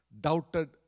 doubted